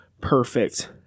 perfect